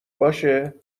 باشه